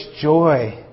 joy